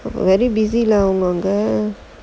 very busy lah doctor